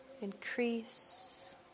increase